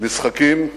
משחקים בין-לאומיים,